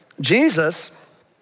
Jesus